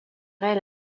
elle